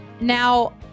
Now